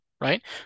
right